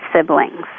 siblings